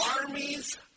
armies